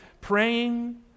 praying